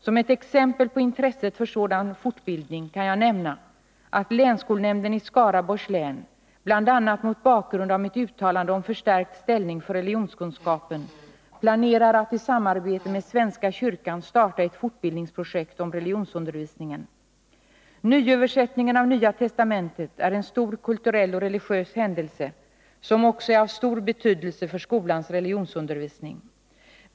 Som ett exempel på intresset för sådan fortbildning kan jag nämna att länsskolnämnden i Skaraborgs län — bl.a. mot bakgrund av mitt uttalande om förstärkt ställning för religionskunskapen — planerar att i samarbete med svenska kyrkan starta ett fortbildningsprojekt om religionsundervisningen. Nyöversättningen av Nya testamentet är en stor kulturell och religiös händelse som också är av stor betydelse för skolans religionsundervisning.